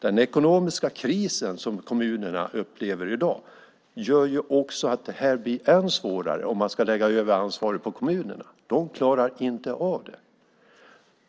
Den ekonomiska kris som kommunerna upplever i dag gör ju att det blir än svårare om man ska lägga över ansvaret på kommunerna. De klarar inte av det.